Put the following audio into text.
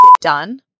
done